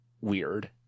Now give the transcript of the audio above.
weird